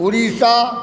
Orissa